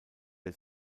der